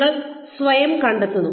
നിങ്ങൾ സ്വയം കണ്ടെത്തുന്നു